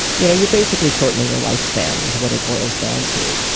you know you're basically shortening your life span is what it boils down to.